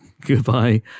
Goodbye